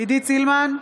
עידית סילמן,